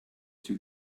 two